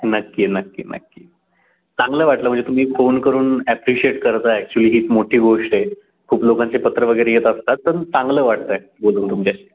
नक्की नक्की नक्की चांगलं वाटलं म्हणजे तुम्ही फोन करून ॲप्रिशिएट करता ॲक्च्युली ही एक मोठी गोष्ट आहे खूप लोकांचे पत्रं वगैरे येत असतात पण चांगलं वाटत आहे बोलून तुमच्याशी